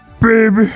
baby